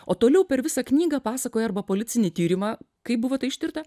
o toliau per visą knygą pasakoja arba policinį tyrimą kai buvo tai ištirta